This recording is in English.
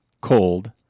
Cold